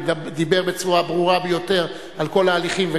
ודיבר בצורה ברורה ביותר על כל ההליכים,